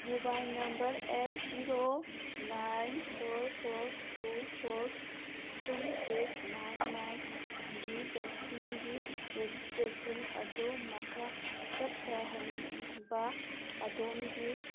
mobile number eight zero nine four four two four three six nine nine ꯒꯤ ꯚꯦꯛꯁꯤꯟꯒꯤ registration ꯑꯗꯨ ꯃꯈꯥ ꯆꯠꯊꯍꯟꯕ ꯑꯗꯣꯝꯒꯤ